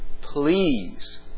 Please